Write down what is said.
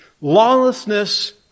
Lawlessness